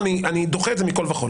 אני דוחה את זה מכל וכל,